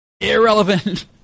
Irrelevant